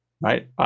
Right